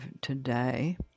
today